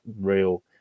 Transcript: real